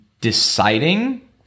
deciding